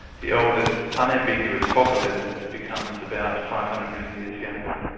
the oldest unambiguous fossil evidence becomes about five hundred million years younger.